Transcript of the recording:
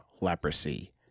leprosy